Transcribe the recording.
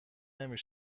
نمی